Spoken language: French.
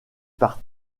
par